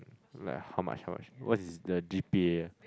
like how much how much what is the G_P_A